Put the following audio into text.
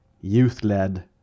youth-led